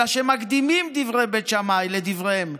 אלא שמקדימים דברי בית שמאי לדבריהן,